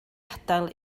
adael